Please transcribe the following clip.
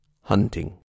hunting